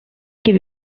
give